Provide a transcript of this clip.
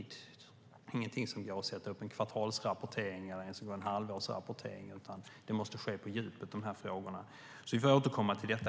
Det är ingenting som det går att göra kvartalsrapportering eller ens halvårsrapportering om, utan det måste ske på djupet i de här frågorna. Vi får helt enkelt återkomma till detta.